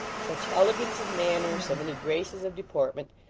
such elegance of manner, so many graces of deportment,